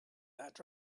that